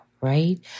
right